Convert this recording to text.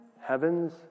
Heavens